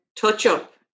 touch-up